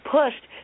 pushed